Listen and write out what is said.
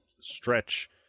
stretch